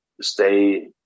stay